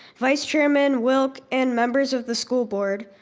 vice chairman wilk, and members of the school board.